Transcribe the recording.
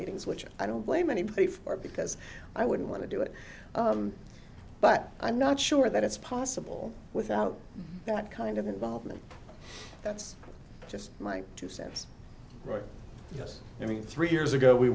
meetings which i don't blame anybody for because i wouldn't want to do it but i'm not sure that it's possible without that kind of involvement that's just my two cents right yes i mean three years ago we